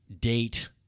date